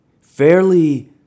fairly